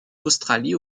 australie